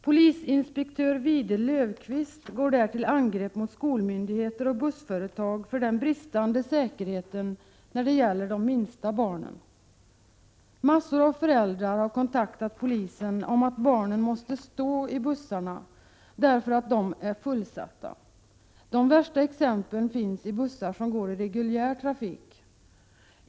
Polisinspektör Vide Lövqvist går där till angrepp mot skolmyndigheter och bussföretag med anledning av bristen på säkerhet när det gäller de minsta barnen. Många föräldrar har kontaktat polisen och berättat att barnen måste stå i bussarna, därför att bussarna är fullsatta. De värsta exemplen gäller bussar som går i reguljär trafik.